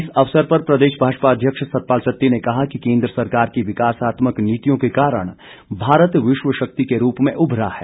इस अवसर पर प्रदेश भाजपा अध्यक्ष सतपाल सत्ती ने कहा कि केन्द्र सरकार की विकासात्मक नीतियों के कारण भारत विश्व शक्ति के रूप में उभरा है